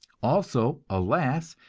also, alas,